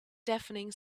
deafening